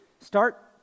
start